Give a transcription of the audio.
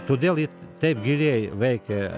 todėl ji taip giliai veikia